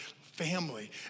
family